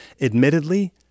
Admittedly